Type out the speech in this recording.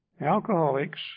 alcoholics